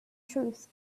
truth